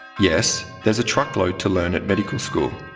yes, there's a truckload to learn at medical school.